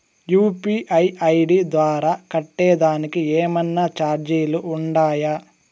UPI ID ద్వారా కట్టేదానికి ఏమన్నా చార్జీలు ఉండాయా?